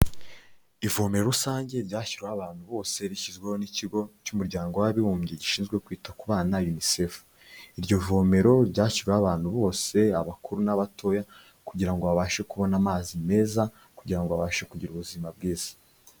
Ivomero rusange ryashyiriweho abantu bose rishyizweho n'ikigo cy'umuryango w'abibumbye gishinzwe kwita ku bana Unicef, iryo vomero ryashyiriwe abantu bose abakuru n'abatoya, kugira ngo babashe kubona amazi meza, kugira ngo babashe kugira ubuzima bwiza.